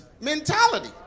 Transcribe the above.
mentality